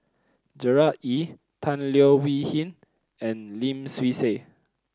Gerard Ee Tan Leo Wee Hin and Lim Swee Say